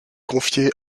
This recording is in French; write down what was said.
confié